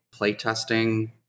playtesting